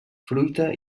fruita